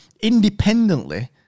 independently